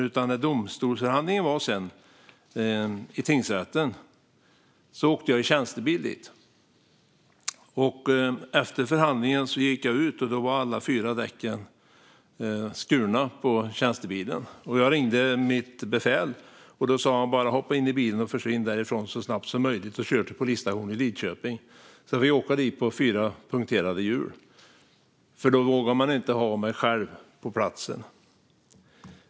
När det sedan blev domstolsförhandling i tingsrätten åkte jag tjänstebil dit. Efter förhandlingen när jag kom ut till bilen var alla fyra däcken skurna. Jag ringde mitt befäl, och han sa att jag skulle hoppa in i bilen och försvinna därifrån så snabbt som möjligt och köra till polisstationen i Lidköping. Jag fick åka dit på fyra punkterade hjul eftersom man inte vågade ha mig där på platsen.